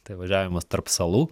tai važiavimas tarp salų